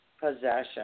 possession